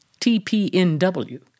TPNW